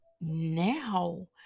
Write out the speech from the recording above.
now